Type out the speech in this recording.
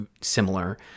similar